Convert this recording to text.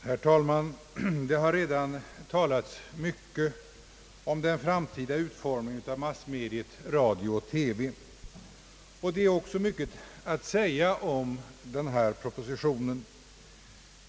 Herr talman! Det har redan talats mycket om den framtida utformningen av massmedia radio och TV. Det finns också mycket att säga om denna proposition.